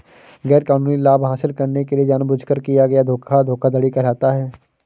गैरकानूनी लाभ हासिल करने के लिए जानबूझकर किया गया धोखा धोखाधड़ी कहलाता है